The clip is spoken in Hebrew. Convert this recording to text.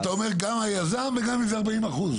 אז אתה אומר גם היזם וגם 40 אחוזים?